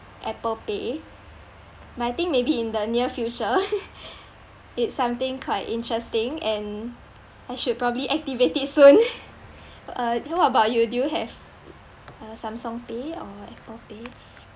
apple pay but I think maybe in the near future it's something quite interesting and I should probably activate it soon uh then what about you do you have uh samsung pay or apple pay